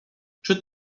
czy